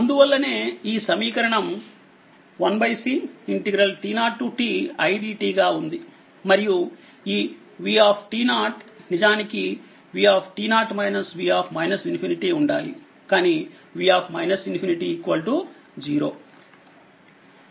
అందువల్లనే ఈ సమీకరణం 1Ct0ti dt గా ఉంది మరియు ఈ v నిజానికి v - v ∞ ఉండాలి కానీ v ∞ 0